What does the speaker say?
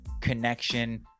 connection